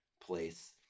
place